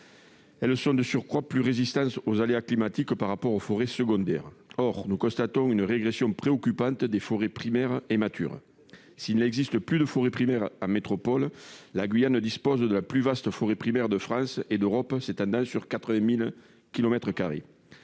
Elles sont, de surcroît, plus résistantes aux aléas climatiques que les forêts secondaires. Or nous constatons une régression préoccupante des forêts primaires et matures. S'il n'existe plus de forêt primaire en métropole, la Guyane dispose de la plus vaste forêt primaire de France et de l'Union européenne, s'étendant sur 80 000